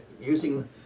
using